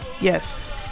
Yes